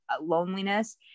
loneliness